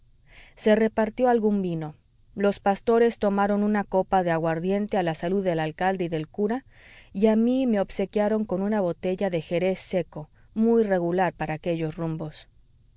se repartió algún vino los pastores tomaron una copa de aguardiente a la salud del alcalde y del cura y a mí me obsequiaron con una botella de jerez seco muy regular para aquellos rumbos